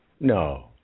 no